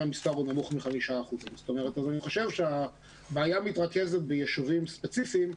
המספר הוא נמוך 5%; זאת אומרת שהבעיה מתרכזת בישובים ספציפיים.